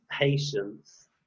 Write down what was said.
Patience